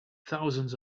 thousands